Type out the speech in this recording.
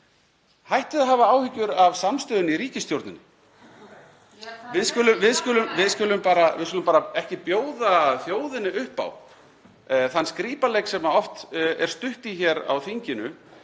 Hættið að hafa áhyggjur af samstöðunni í ríkisstjórninni. (Gripið fram í.) Við skulum bara ekki bjóða þjóðinni upp á þann skrípaleik sem oft er stutt í hér á þinginu,